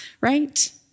right